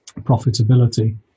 profitability